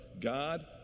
God